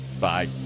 bye